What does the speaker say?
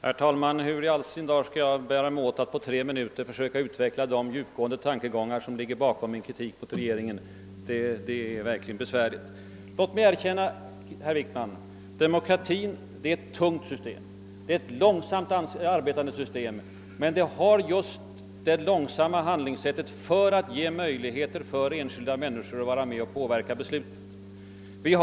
Herr talman! Hur i all sin dar skall jag bära mig åt för att på tre minuter försöka utveckla de tankegångar som ligger bakom min kritik mot regeringen? Låt mig först erkänna, herr Wickman, att demokratin är ett ofta tungt och långsamt arbetande system. Men detta följer delvis av strävan att ge enskilda människor och grupper möjlighet att påverka besluten.